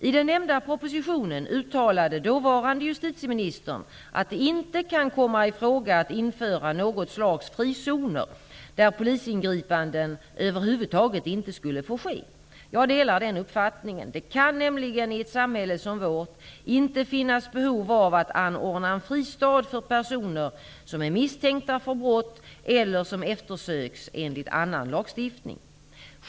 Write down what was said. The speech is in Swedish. I den nämnda propositionen uttalade dåvarande justitieministern att det inte kan komma i fråga att införa något slags frizoner, där polisingripanden över huvud taget inte skulle få ske. Jag delar den uppfattningen. Det kan nämligen i ett samhälle som vårt inte finnas behov av att anordna en fristad för personer som är misstänkta för brott eller som eftersöks enligt annan lagstiftning.